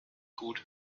gut